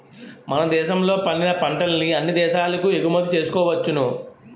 మన దేశంలో పండిన పంటల్ని అన్ని దేశాలకు ఎగుమతి చేసుకోవచ్చును